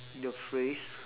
the phrase